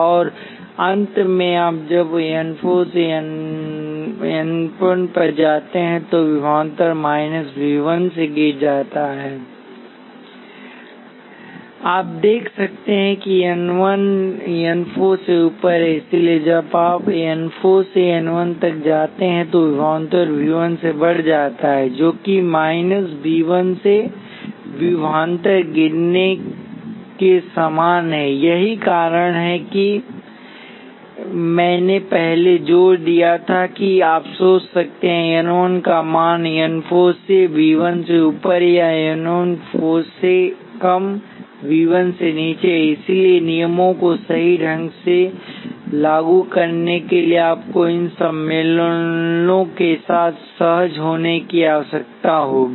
और अंत में जब आप n 4 से n 1 पर जाते हैं तोविभवांतर माइनस V 1 से गिर जाता है आप देख सकते हैं कि n १ n ४ से ऊपर है इसलिए जब आप n ४ से n १ तक जाते हैं तोविभवांतर V १ से बढ़ जाता है जो कि माइनस V १ सेविभवांतर गिरने के समान है यही कारण है कि मैंने पहले जोर दिया था कि आप सोच सकते हैं n 1 का मान n 4 से V 1 से ऊपर या n 4 से कम V 1 से नीचे है इसलिए नियमों को सही ढंग से लागू करने के लिए आपको इन सम्मेलनों के साथ सहज होने की आवश्यकता होगी